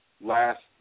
last